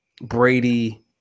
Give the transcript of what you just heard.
Brady